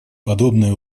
подобные